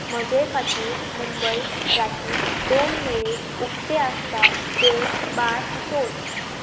म्हजे खातीर मुंबयत राती दोन मेरेन उक्ते आसता तें बार सोद